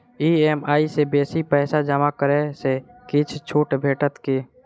EMI सँ बेसी पैसा जमा करै सँ किछ छुट भेटत की?